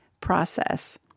process